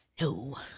no